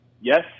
Yes